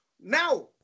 Now